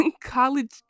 College